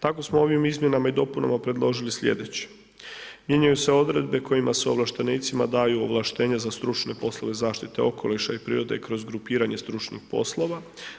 Tako smo ovim izmjenama i dopunama predložili slijedeće: mijenjaju se odredbe kojima se ovlaštenicima daju ovlaštenja za stručne poslove zaštite okoliša i prirode kroz grupiranje stručnih poslova.